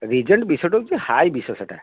Regent ବିଷଟା ହଉଛି high ବିଷ ସେଇଟା